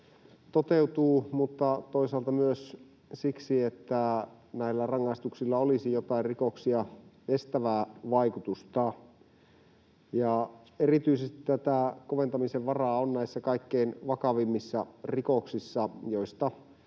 toteutuu, mutta toisaalta myös siksi, että näillä rangaistuksilla olisi jotain rikoksia estävää vaikutusta. Erityisesti koventamisen varaa on näissä kaikkein vakavimmissa rikoksissa, joista